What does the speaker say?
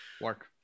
work